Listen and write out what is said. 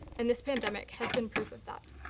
and this pandemic has been proof of that.